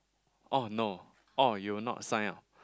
oh no oh you'll not sign up